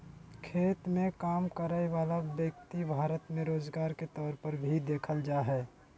खेत मे काम करय वला व्यक्ति भारत मे रोजगार के तौर पर भी देखल जा हय